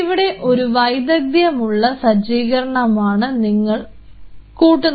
ഇവിടെ ഒരു വൈദഗ്ധ്യമുള്ള സജ്ജീകരണമാണ് നിങ്ങൾ കൂട്ടുന്നത്